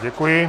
Děkuji.